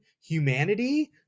humanity